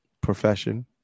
profession